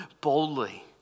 boldly